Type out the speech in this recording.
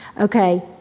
Okay